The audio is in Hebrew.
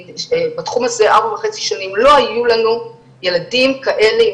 בתחום הזה ארבע וחצי שנים לא היו לנו ילדים כאלה עם